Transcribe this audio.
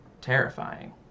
terrifying